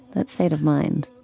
that state of mind?